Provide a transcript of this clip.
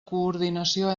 coordinació